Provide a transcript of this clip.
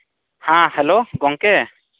ᱦᱮᱸ ᱦᱮᱞᱳ ᱜᱚᱢᱠᱮ